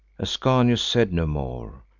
ascanius said no more.